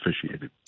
officiated